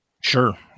Sure